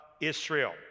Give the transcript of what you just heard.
Israel